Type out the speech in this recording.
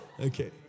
Okay